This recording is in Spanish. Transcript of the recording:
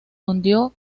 hundió